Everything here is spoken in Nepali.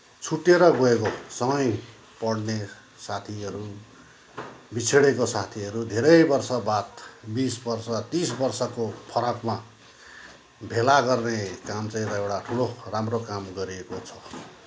छुट्टिएर गएको सँगै पढ्ने साथीहरू बिछोडिएको साथीहरू धेरै वर्ष बाद बिस वर्ष तिस वर्षको फरकमा भेला गर्ने काम चाहिँ एउटा ठुलो राम्रो काम गरेको छ